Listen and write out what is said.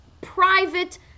private